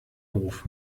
hof